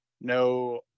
No